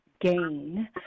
gain